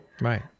Right